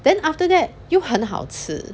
then after that 又很好吃